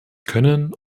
können